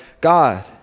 God